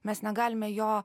mes negalime jo